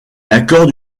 accorde